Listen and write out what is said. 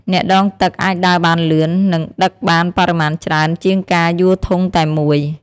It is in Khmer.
អ្នកដងទឹកអាចដើរបានលឿន និងដឹកបានបរិមាណច្រើនជាងការយួរធុងតែមួយ។